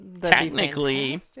technically